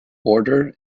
order